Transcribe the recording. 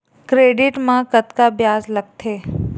Credit मा कतका ब्याज लगथे?